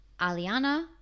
Aliana